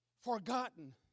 forgotten